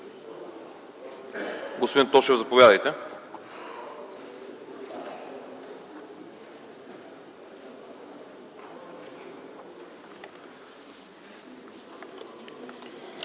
Господин Тошев, заповядайте.